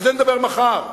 על זה נדבר מחר.